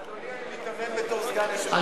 אדוני, אני מתכוון בתור סגן יושב-ראש.